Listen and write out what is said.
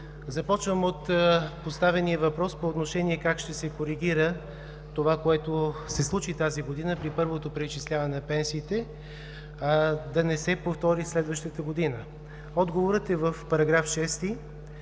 Започвам от поставения въпрос по отношение на това как ще се коригира това, което се случи тази година при първото преизчисляване на пенсиите, да не се повтори следващата година. Отговорът е в § 6